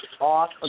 off